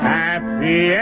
happy